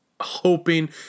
hoping